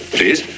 please